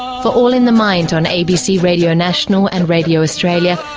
for all in the mind on abc radio national and radio australia,